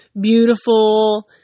beautiful